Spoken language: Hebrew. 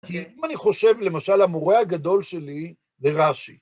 כי אם אני חושב, למשל, המורה הגדול שלי לראשי,